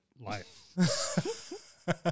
Life